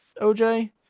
OJ